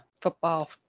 football